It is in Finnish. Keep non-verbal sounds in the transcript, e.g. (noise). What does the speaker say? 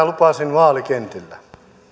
(unintelligible) lupasin vaalikentillä